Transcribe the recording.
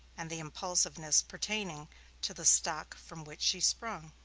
and the impulsiveness pertaining to the stock from which she sprung.